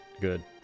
Good